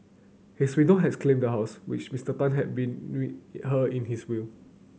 his widow has claimed the house which Mister Tan had been her in his will